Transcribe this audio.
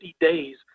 days